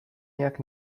nijak